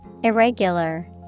Irregular